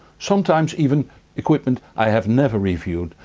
sometimes even equipment i have never reviewed,